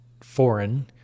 foreign